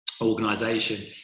organization